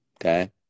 okay